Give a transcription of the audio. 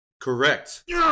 Correct